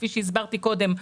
כפי שהסברתי קודם,